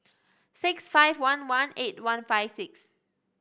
six five one one eight one five six